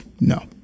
No